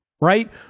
right